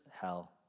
hell